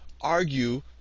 argue